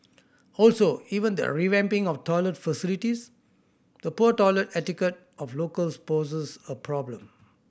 also even the revamping of toilet facilities the poor toilet etiquette of locals poses a problem